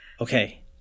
Okay